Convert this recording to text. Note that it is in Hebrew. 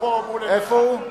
הוא פה, מול עיניך.